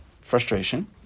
frustration